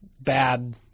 bad